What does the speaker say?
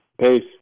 Peace